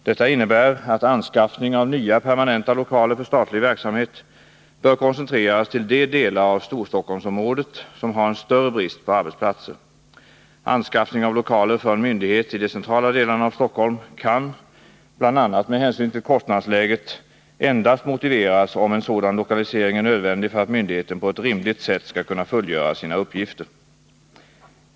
Detta innebär att anskaffning av nya permanenta lokaler för statlig verksamhet bör koncentreras till de delar av Storstockholmsområdet som har en större brist på arbetsplatser. Anskaffning av lokaler för en myndighet i de centrala delarna av Stockholm kan — bl.a. med hänsyn till kostnadsläget — endast motiveras om en sådan lokalisering är nödvändig för att myndigheten på ett rimligt sätt skall kunna fullgöra sina uppgifter.